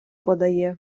подає